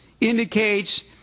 indicates